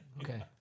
Okay